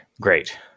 Great